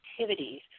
activities